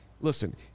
listen –